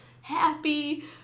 Happy